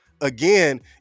again